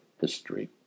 history